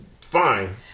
fine